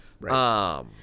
right